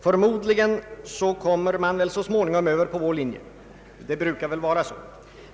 Förmodligen kommer man så småningom över på vår linje, det brukar vara så.